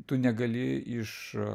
tu negali iš